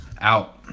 Out